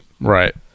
Right